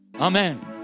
amen